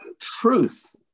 truth